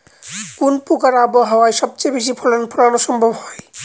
কোন প্রকার আবহাওয়ায় সবচেয়ে বেশি ফসল ফলানো সম্ভব হয়?